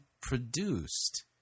produced